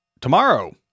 tomorrow